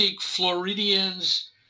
Floridians